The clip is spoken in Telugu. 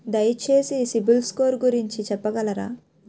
దయచేసి సిబిల్ స్కోర్ గురించి చెప్పగలరా?